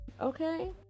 Okay